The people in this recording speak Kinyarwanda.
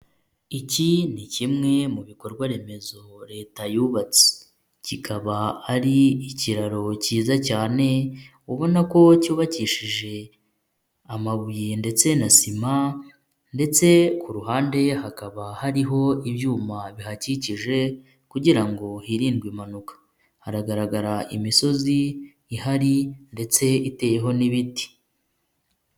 Iki ni kimwe mu bikorwa remezo Leta yubatse, kikaba ari ikiraro kiza cyane ubona ko cyubakishije amabuye ndetse na sima ndetse ku ruhande hakaba hariho ibyuma bihakikije kugira ngo hirindwe impanuka, haragaragara imisozi ihari ndetse iteyeho n'ibiti.